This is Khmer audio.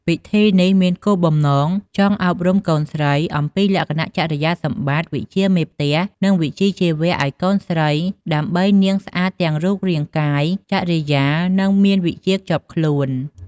ពិធីនេះក៏មានបំណង ចង់អប់រំកូនស្រី អំពីលក្ខណៈចរិយាសម្បត្តិ វិជ្ជាមេផ្ទះ និង វិជ្ជាជីវៈឱ្យកូនស្រី ដើម្បីនាងស្អាតទាំងរូបរាងកាយ ចរិយា និងមានវិជ្ជាជាប់ខ្លួន។